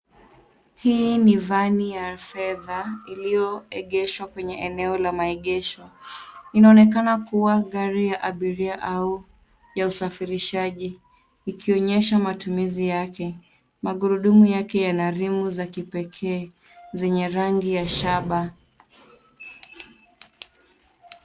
Hii ni vani ya fedha iliyoegeshwa kwenye eneo la maegesho. Inaonekana kuwa gari ya abiria au ya usafirishaji, ikionyesha matumizi yake. Magurudumu yake yana rimu za kipekee zenye rangi ya shaba.